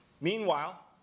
Meanwhile